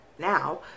Now